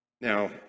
Now